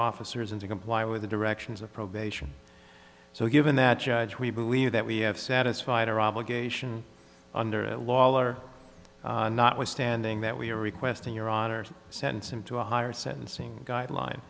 officers and to comply with the directions of probation so given that judge we believe that we have satisfied our obligation under lawler notwithstanding that we are requesting your honor sentence him to a higher sentencing guideline